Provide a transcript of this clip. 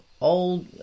old